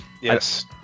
yes